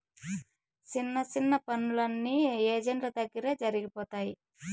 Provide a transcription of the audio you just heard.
సిన్న సిన్న పనులన్నీ ఏజెంట్ల దగ్గరే జరిగిపోతాయి